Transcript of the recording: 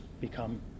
become